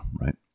right